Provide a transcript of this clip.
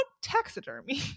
taxidermy